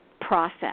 process